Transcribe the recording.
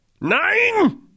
Nein